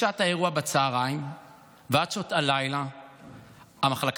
משעת האירוע בצוהריים ועד שעות הלילה המחלקה